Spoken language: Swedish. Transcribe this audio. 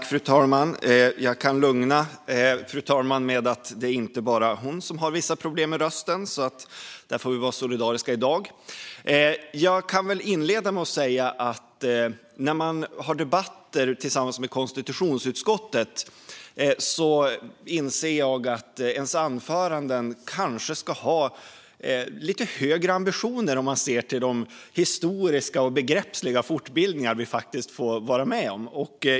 Fru talman! Jag kan inleda med att säga att när jag har debatter tillsammans med konstitutionsutskottet inser jag att ens anföranden kanske ska ha lite högre ambitioner om man ser till de historiska och faktiska fortbildningar som vi får vara med om.